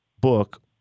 book